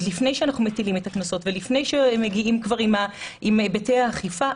עוד לפני שאנחנו מטילים את הקנסות ולפני שמגיעים כבר עם היבטי האכיפה,